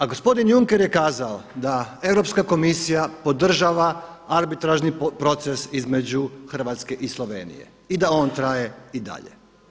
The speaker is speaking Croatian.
A gospodin Juncker je kazao da europska komisija podržava arbitražni proces između Hrvatske i Slovenije i da on traje i dalje.